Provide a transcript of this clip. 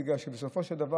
בגלל שבסופו של דבר